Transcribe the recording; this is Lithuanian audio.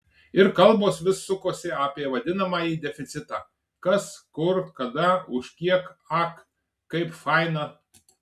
ir kalbos vis sukosi apie vadinamąjį deficitą kas kur kada už kiek ak kaip faina